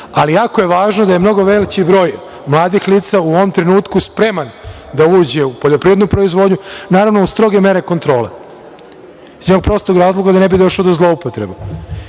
ali jako je važno da je mnogo već broj mladih lica u ovom trenutku spreman da uđe u poljoprivrednu proizvodnju, naravno uz stroge mere kontrole. Iz jedno prostog razloga, da ne bi došlo do zloupotrebe. Mi